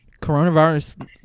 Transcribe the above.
coronavirus